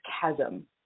chasm